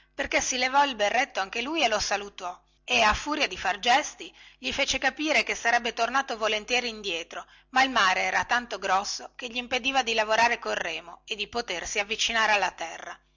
perché si levò il berretto anche lui e lo salutò e a furia di gesti gli fece capire che sarebbe tornato volentieri indietro ma il mare era tanto grosso che glimpediva di lavorare col remo e di potersi avvicinare alla terra